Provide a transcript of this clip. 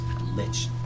lich